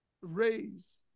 raise